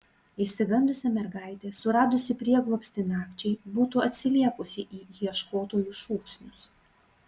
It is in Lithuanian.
išsigandusi mergaitė suradusi prieglobstį nakčiai būtų atsiliepusi į ieškotojų šūksnius